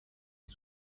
ملک